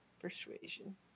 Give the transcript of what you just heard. Persuasion